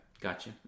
gotcha